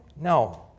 no